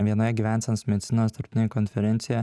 vienoje gyvensenos medicinos tarptautinėje konferencijoje